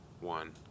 One